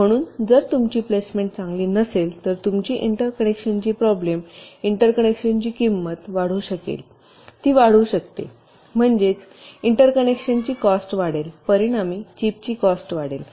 म्हणून जर तुमची प्लेसमेंट चांगली नसेल तर तुमची इंटरकनेक्शनची प्रॉब्लेम इंटरकनेक्शनची किंमत वाढू शकेल ती वाढू शकेल म्हणजे इंटरकनेक्शन्सची कॉस्ट वाढेल परिणामी चिपची कॉस्ट वाढेल